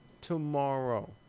Tomorrow